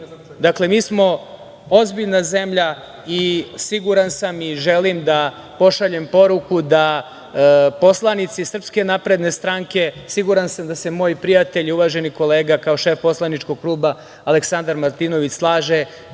mi smo ozbiljna zemlja i siguran sam i želim da pošaljem poruku da poslanici SNS, siguran sam da se moj prijatelj i uvaženi kolega kao šef poslaničkog kluba, Aleksandar Martinović slaže,